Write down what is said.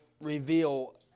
reveal